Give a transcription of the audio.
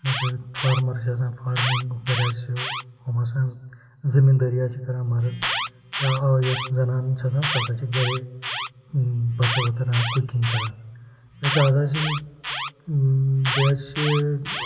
یِم ہَسا یہِ فارمَر چھِ آسان فارمِنٛگ کَران چھِ ہُم ہَسا یِم زٔمیٖندٲری حظ چھِ کَران مَرٕد یا آ یۄس زنان چھِ آسان سۄ ہَسا چھِ گَرے بَتہٕ وَتہٕ رَنان کُکِنٛگ کَران أسۍ ہَسا چھِنہٕ بیٚیہِ حظ چھِ